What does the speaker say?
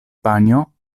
panjo